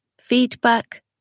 feedback